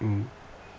mm